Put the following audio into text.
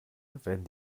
werden